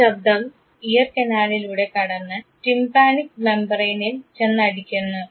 ഈ ശബ്ദം ഇയർ കനാലിലൂടെ കടന്ന് ടിംപാനിക്ക് മെമ്പ്രയിനിൽ ചെന്നടിക്കുന്നു